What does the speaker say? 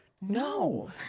no